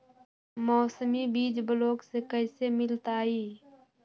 मौसमी बीज ब्लॉक से कैसे मिलताई?